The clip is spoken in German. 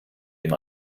ihm